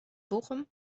bochum